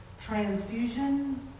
transfusion